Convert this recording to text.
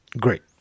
Great